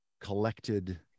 collected